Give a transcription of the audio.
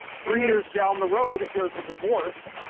three years down the road if there's a divorce,